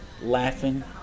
laughing